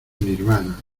nirvana